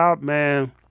man